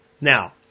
Now